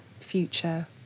future